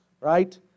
Right